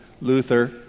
Luther